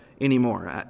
anymore